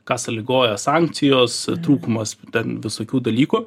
ką sąlygoja sankcijos trūkumas ten visokių dalykų